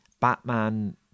Batman